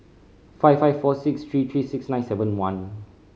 five five four six three three six nine seven one